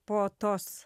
po tos